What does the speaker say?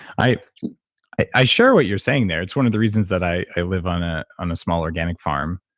i i share what you're saying there it's one of the reasons that i live on ah on a small organic farm.